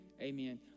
Amen